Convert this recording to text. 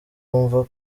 wumva